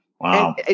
Wow